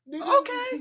Okay